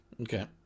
Okay